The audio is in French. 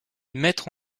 mettre